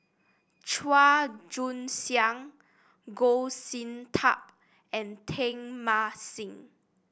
Chua Joon Siang Goh Sin Tub and Teng Mah Seng